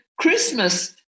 Christmas